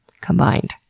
combined